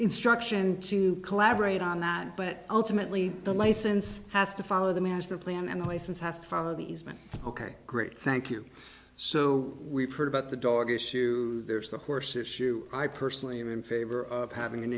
instruction to collaborate on that but ultimately the license has to follow the master plan and the license has to follow the easement ok great thank you so we've heard about the dog issue there's the horse issue i personally am in favor of having an